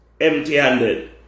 empty-handed